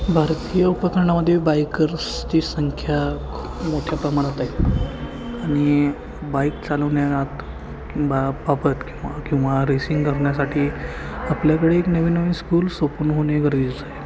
भारतीय उपखंडामध्ये बायकर्सची संख्या खूप मोठ्या प्रमाणात आहे आणि बाईक चालवण्यात बा बाबत किंवा किंवा रेसिंग करण्यासाठी आपल्याकडे एक नवीन नवीन स्कूल्स ओपन होणे गरजेचं आहे